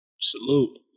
Salute